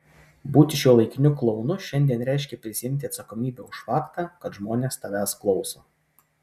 būti šiuolaikiniu klounu šiandien reiškia prisiimti atsakomybę už faktą kad žmonės tavęs klauso